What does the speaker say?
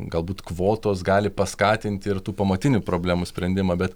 galbūt kvotos gali paskatinti ir tų pamatinių problemų sprendimą bet